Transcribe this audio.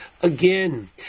again